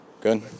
Good